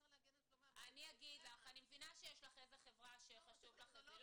אני מבינה שיש לך איזה חברה שחשוב לך להביא.